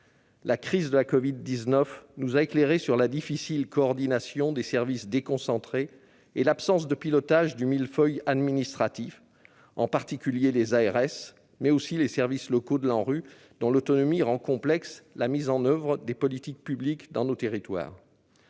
La crise de la covid-19 nous a éclairés sur la difficile coordination des services déconcentrés et l'absence de pilotage du millefeuille administratif, en particulier les agences régionales de santé, mais aussi les services locaux de l'ANRU, dont l'autonomie rend complexe la mise en oeuvre des politiques publiques dans nos territoires.